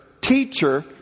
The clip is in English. teacher